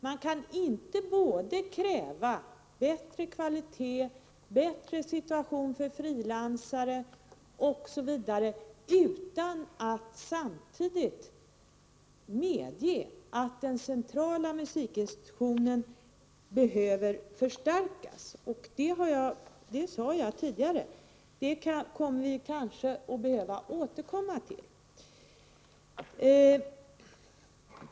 Man kan inte kräva bättre kvalitet, bättre situation för frilansare osv. utan att samtidigt medge att den centrala musikinstitutionen behöver förstärkas. Som jag sade tidigare behöver vi kanske återkomma till detta.